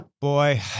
Boy